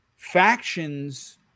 Factions